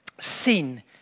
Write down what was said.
sin